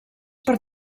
per